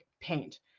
paint